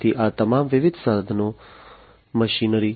તેથી આ તમામ વિવિધ સાધનો મશીનરી